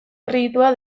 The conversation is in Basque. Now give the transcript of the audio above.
kreditua